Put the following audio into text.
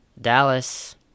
Dallas